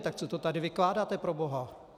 Tak co to tady vykládáte proboha?!